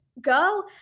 go